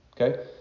okay